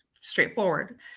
straightforward